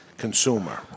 consumer